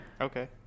Okay